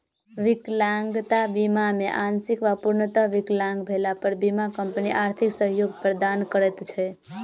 विकलांगता बीमा मे आंशिक वा पूर्णतः विकलांग भेला पर बीमा कम्पनी आर्थिक सहयोग प्रदान करैत छै